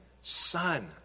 Son